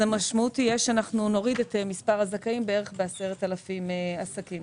המשמעות תהיה שנוריד את מספר הזכאים בערך ב-10,000 עסקים,